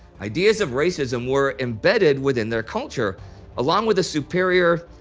ideas of racism were embedded within their culture along with a superior,